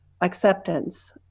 acceptance